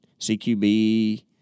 CQB